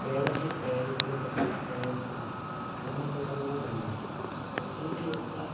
driver seat ప్రయాణికుడు bus డ్రైవర్కు సమర్థతంగా ఉండాలి సీటు యొక్క